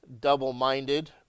double-minded